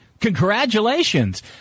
congratulations